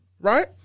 right